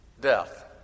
death